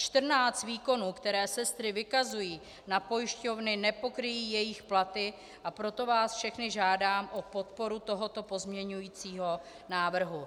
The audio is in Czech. Čtrnáct výkonů, které sestry vykazují na pojišťovny, nepokryje jejich platy, a proto vás všechny žádám o podporu tohoto pozměňovacího návrhu.